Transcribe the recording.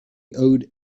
owed